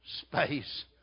space